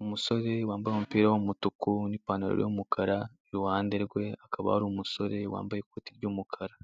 Umusore wambaye umupira w'umutuku, n'ipantaro y'umukara, iruhande rwe hakaba hari umusore wambaye ikoti ry'umukara.